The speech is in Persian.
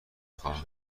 خواهم